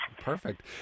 Perfect